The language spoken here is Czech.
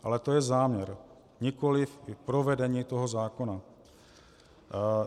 Ale to je záměr, nikoliv provedení zákona.